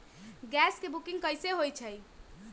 Gas के booking कैसे होईछई?